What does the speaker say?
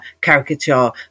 caricature